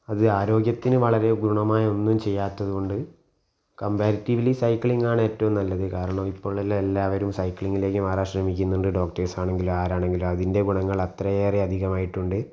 അത് ആരോഗ്യത്തിന് വളരെ ഗുണമായി ഒന്നും ചെയ്യാത്തതുകൊണ്ട് കംപാരിറ്റീവിലി സൈക്ലിങ്ങ് ആണ് ഏറ്റവും നല്ലത് കാരണം ഇപ്പോൾ ഉള്ള എല്ലാവരും സൈക്ലിങ്ങിലേക്ക് മാറാൻ ശ്രമിക്കുന്നുണ്ട് ഡോക്ടേഴ്സ് ആണെങ്കിലും ആരാണെങ്കിലും അതിൻ്റെ ഗുണങ്ങൾ അത്രേയേറെ അധികമായിട്ടുണ്ട്